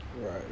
Right